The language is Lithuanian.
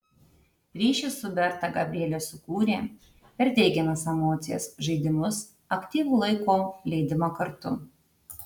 ryšį su berta gabrielė sukūrė per teigiamas emocijas žaidimus aktyvų laiko leidimą kartu